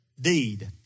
deed